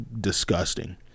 disgusting